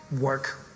work